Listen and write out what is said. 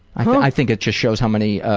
i think it just shows how many